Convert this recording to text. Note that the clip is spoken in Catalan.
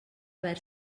haver